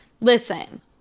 Listen